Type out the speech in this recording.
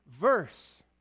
verse